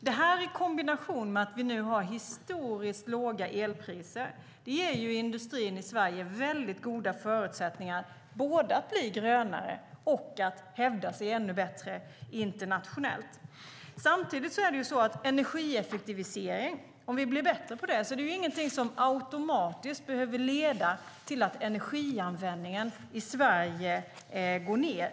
Det i kombination med att vi nu har historiskt låga elpriser ger industrin i Sverige väldigt goda förutsättningar både för att bli grönare och för att hävda sig ännu bättre internationellt. Att vi blir bättre på energieffektivisering behöver samtidigt inte automatiskt leda till att energianvändningen i Sverige går ned.